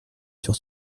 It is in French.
sur